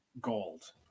gold